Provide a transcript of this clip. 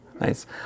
Nice